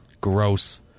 Gross